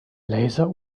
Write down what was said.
laser